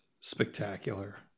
spectacular